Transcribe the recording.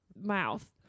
mouth